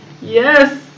Yes